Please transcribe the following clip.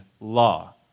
law